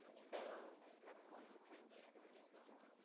so that's one kind of good example of that.